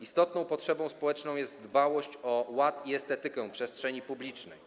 Istotną potrzebą społeczną jest dbałość o ład i estetykę przestrzeni publicznej.